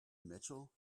mitchell